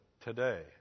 today